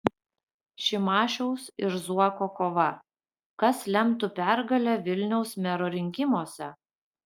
šimašiaus ir zuoko kova kas lemtų pergalę vilniaus mero rinkimuose